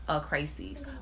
crises